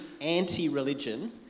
anti-religion